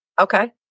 okay